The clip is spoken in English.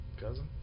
cousin